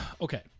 Okay